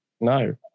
No